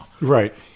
Right